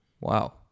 Wow